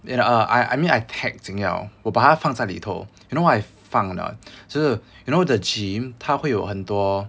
and uh I mean I tag jing yao 我把他放在里头 you know what I 放 or not you know the gym 它会有很多